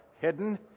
hidden